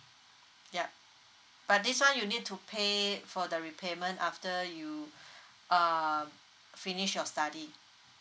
yup but this [one] you need to pay for the repayment after you uh finish your study